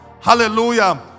Hallelujah